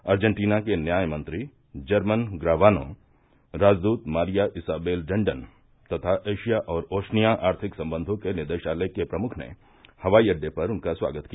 Argentina के न्याय मंत्री जर्मन ग्रावानो राजदूत मारिया इसाबेल रेन्डन तथा एशिया और ओशनिया आर्थिक संबंधों के निदेशालय के प्रमुख ने हवाई अड्डे पर उनका स्वागत किया